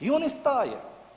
I on ne staje.